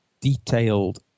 detailed